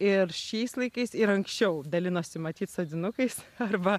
ir šiais laikais ir anksčiau dalinosi matyt sodinukais arba